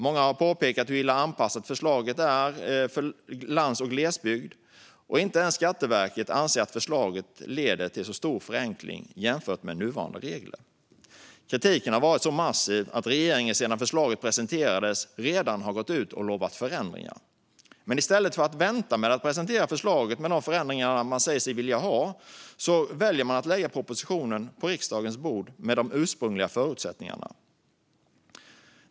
Många har påpekat hur illa anpassat förslaget är för lands och glesbygd, och inte ens Skatteverket anser att förslaget leder till så stor förenkling jämfört med nuvarande regler. Kritiken har varit så massiv att regeringen sedan förslaget presenterades redan har gått ut och lovat förändringar. Men i stället för att vänta och presentera förslaget med de förändringar man säger sig vilja ha väljer man att lägga propositionen på riksdagens bord med de ursprungliga förutsättningarna.